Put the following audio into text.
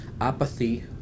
apathy